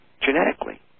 genetically